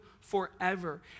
forever